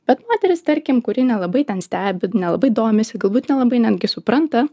bet moteris tarkim kuri nelabai ten stebi nelabai domisi galbūt nelabai netgi supranta